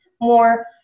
more